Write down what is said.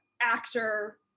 actor